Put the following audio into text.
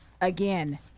again